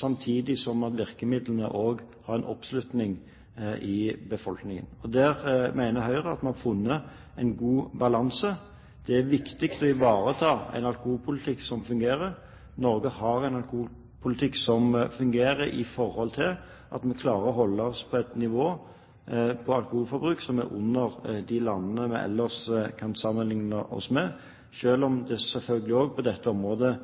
samtidig som virkemidlene også har oppslutning i befolkningen. Der mener Høyre at vi har funnet en god balanse. Det er viktig å ivareta en alkoholpolitikk som fungerer. Norge har en alkoholpolitikk som fungerer slik at vi klarer å holde oss på et lavere nivå på alkoholforbruk enn de landene som vi ellers kan sammenligne oss med, selv om det selvfølgelig også på dette området